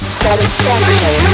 satisfaction